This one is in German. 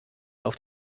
auf